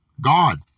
God